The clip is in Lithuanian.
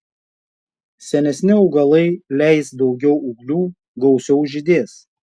senesni augalai leis daugiau ūglių gausiau žydės